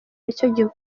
nicyo